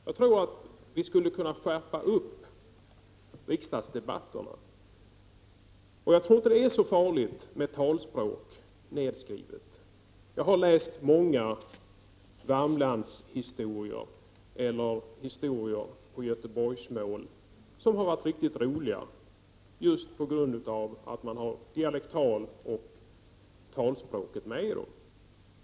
Jag trof att vi skulle kunna skärpa upp riksdagsdebatterna, och jag tror inte att det är så farligt med talspråk nedskrivet. Jag har läst många Värmlandshistorier, eller historier på Göteborgsmål, som har varit riktigt roliga just på grund av att man har dialektaloch talspråket med.